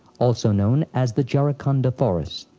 also known as the jarikhanda forest.